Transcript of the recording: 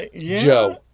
Joe